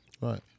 Right